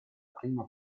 prima